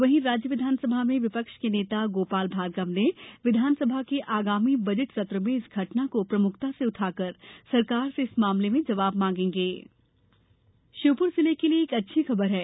वहीं राज्य विधानसभा में विपक्ष के नेता गोपाल भार्गव ने विधानसभा के आगामी बजट सत्र में इस घटना को प्रमुखता से उठाकर सरकार से इस मामले में जवाब मांगेग बेटी बचाओ श्योपुर जिले के लिए एक अच्छी खबर है